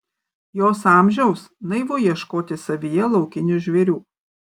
jos amžiaus naivu ieškoti savyje laukinių žvėrių